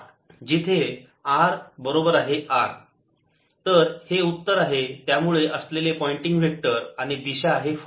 जिथे r R S 2Rsinθ30 तर हे उत्तर आहे त्यामुळे असलेले पॉइंटिंग वेक्टर आणि दिशा आहे फाय